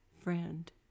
friend